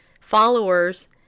followers